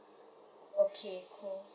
okay cool